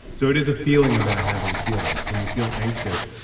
so it is a feeling about having feelings when you feel anxious.